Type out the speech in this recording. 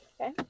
Okay